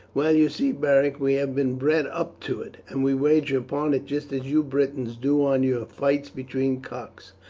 well, you see, beric, we have been bred up to it, and we wager upon it just as you britons do on your fights between cocks.